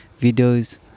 videos